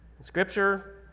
Scripture